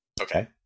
Okay